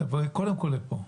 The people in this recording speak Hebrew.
תבואי קודם כול לפה.